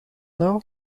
nou